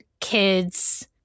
kids